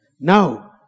now